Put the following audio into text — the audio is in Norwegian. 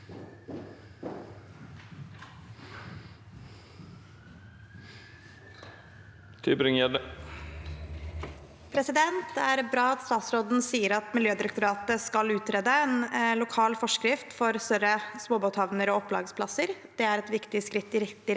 Det er bra at statsråden sier at Miljødirektoratet skal utrede en lokal forskrift for større småbåthavner og opplagsplasser. Det er et viktig skritt i riktig